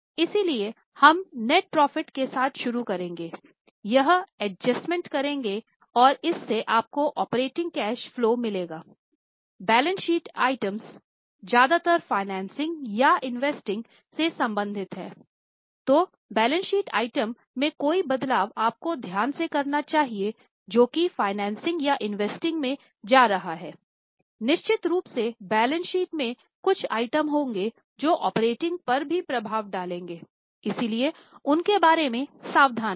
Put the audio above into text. इसलिए हम net profit के साथ शुरू करेंगे यहां एडजस्टमेंट करेंगे और इससे आपको ऑपरेटिंग कैश फलो मिलेगा बैलेंस शीट आइटम्सज्यादातर फाइनेंसिंग में जा रहा है निश्चित रूप से बैलेंस शीट में कुछ आइटम होंगे जो ऑपरेटिंग पर भी प्रभाव डालेंगे इसलिए उनके बारे में सावधान रहें